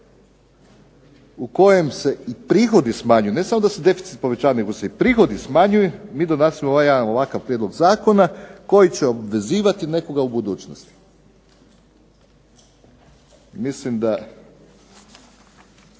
u kojem se i prihodi smanjuju, ne samo da se deficit povećava nego se i prihodi smanjuju, mi donosimo ovakav jedan prijedlog zakona koji će obvezivati nekoga u budućnosti. Mislim da